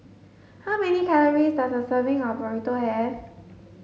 how many calories does a serving of Burrito have